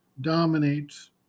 dominates